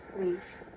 please